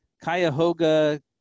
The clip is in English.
Cuyahoga